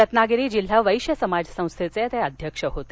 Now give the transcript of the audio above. रत्नागिरी जिल्हा वैश्य समाज संस्थेचे ते अध्यक्ष होते